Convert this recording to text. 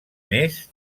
més